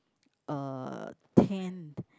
uh tent